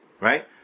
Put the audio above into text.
right